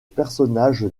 personnage